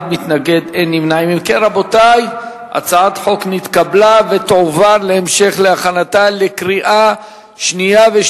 ההצעה להעביר את הצעת חוק הפטנטים (תיקון מס' 10),